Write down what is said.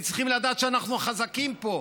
הם צריכים לדעת שאנחנו החזקים פה,